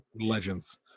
legends